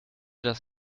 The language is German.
das